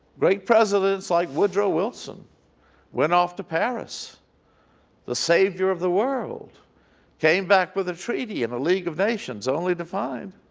great presidents like woodrow wilson went off to paris the savior of the world came back with a treaty and the league of nations only to find